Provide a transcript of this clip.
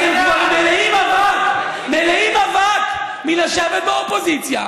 אתם כבר מלאים אבק, מלאים אבק מלשבת באופוזיציה.